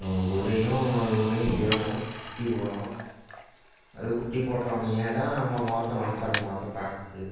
ஒரு குதிரையும் இன்னொரு குதிரையும் சேரும் குட்டி போடும் அது குட்டி போட்ட உடனேயே தான் நம்ம முகத்தை மனசாள் முகத்தை பார்க்குது